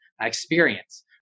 experience